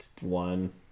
one